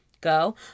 go